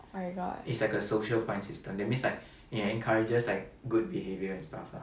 my god